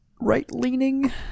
right-leaning